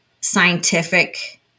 scientific